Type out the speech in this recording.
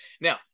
Now